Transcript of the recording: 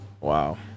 Wow